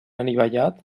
anivellat